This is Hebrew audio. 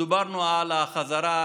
דיברנו על החזרה,